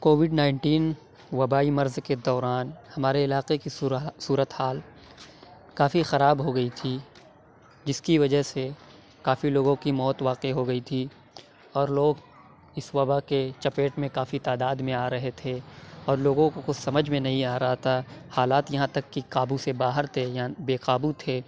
Covid nineteen وبائی مرض کے دوران ہمارے علاقے کی سورہ صورتِ حال کافی خراب ہو گئی تھی جس کی وجہ سے کافی لوگوں کی موت واقع ہو گئی تھی اور لوگ اِس وباء کے لپیٹ میں کافی تعداد میں آ رہے تھے اور لوگوں کو کچھ سمجھ میں نہیں آ رہا تھا حالات یہاں تک کہ قابو سے باہر تھے یا بے قابو تھے